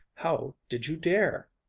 how did you dare?